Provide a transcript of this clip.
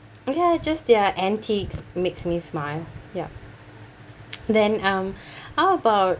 ya just their antics makes me smile yup then um how about